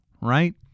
right